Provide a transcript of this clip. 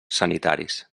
sanitaris